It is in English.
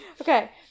Okay